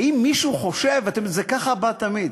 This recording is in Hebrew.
האם מישהו חושב, זה ככה בא תמיד,